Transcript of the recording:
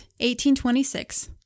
1826